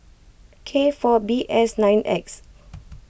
K four B S nine X